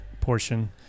portion